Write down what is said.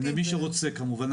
למי שרוצה כמובן.